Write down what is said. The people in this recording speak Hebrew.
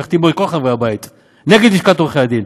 ויחתים פה את כל חברי הבית נגד לשכת עורכי הדין.